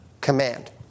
command